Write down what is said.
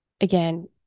again